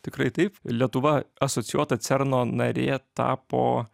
tikrai taip lietuva asocijuota cerno narė tapo